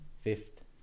fifth